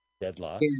deadlock